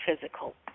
physical